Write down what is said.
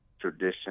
tradition